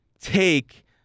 take